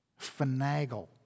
finagle